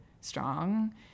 strong